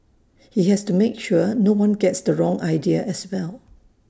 he has to make sure no one gets the wrong idea as well